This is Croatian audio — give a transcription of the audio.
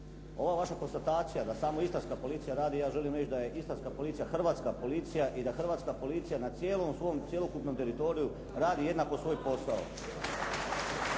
Ova vaša konstatacija da samo istarska policija radi, ja želim reći da je istarska policija hrvatska policija i da hrvatska policija na cijelom svom cjelokupnom teritoriju radi jednako svoj posao.